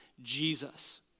Jesus